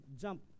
jump